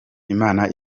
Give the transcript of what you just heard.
imana